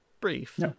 Brief